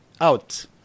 out